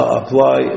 apply